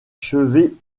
chevet